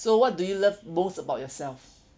so what do you love most about yourself